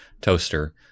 toaster